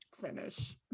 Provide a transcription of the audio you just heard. finish